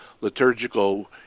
liturgical